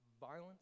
violence